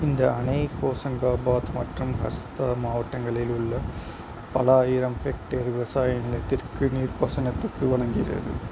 இந்த அணை ஹோஷங்காபாத் மற்றும் ஹஸ்தா மாவட்டங்களில் உள்ள பல ஆயிரம் ஹெக்டேர் விவசாய நிலத்திற்கு நீர்ப்பாசனத்திற்கு வழங்குகிறது